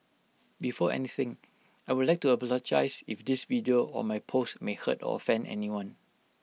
before anything I would like to apologise if this video or my post may hurt offend anyone